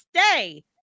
stay